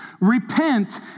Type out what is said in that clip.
Repent